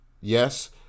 Yes